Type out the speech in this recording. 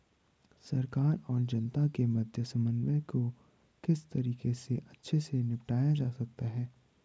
सरकार और जनता के मध्य समन्वय को किस तरीके से अच्छे से निपटाया जा सकता है?